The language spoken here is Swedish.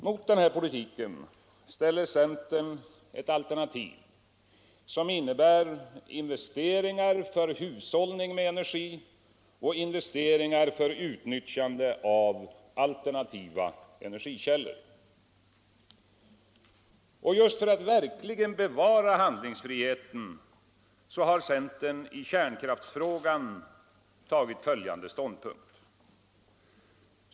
Mot den här politiken ställer centern ett alternativ som innebär investeringar för hushållning med energi och investeringar för utnyttjande av alternativa energikällor. Just för att verkligen bevara handlingsfriheten har centern i kärnkraftsfrågan tagit följande ståndpunkt.